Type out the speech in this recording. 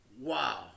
wow